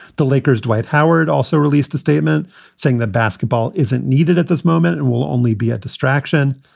the lakers dwight howard also released a statement saying that basketball isn't needed at this moment and will only be a distraction.